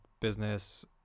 business